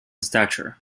stature